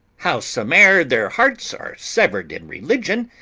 howsome'er their hearts are sever'd in religion,